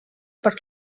per